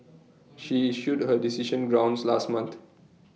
she issued her decision grounds last month